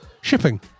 shipping